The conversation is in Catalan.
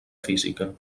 física